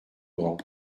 grand